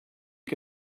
que